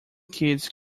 kids